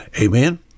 Amen